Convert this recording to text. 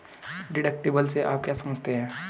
Deductible से आप क्या समझते हैं?